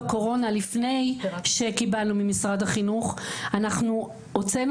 בקורונה לפני שקיבלנו ממשרד החינוך אנחנו הוצאנו